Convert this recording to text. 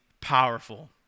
powerful